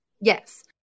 Yes